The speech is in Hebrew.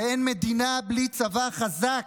ואין מדינה בלי צבא חזק,